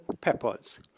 peppers